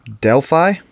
Delphi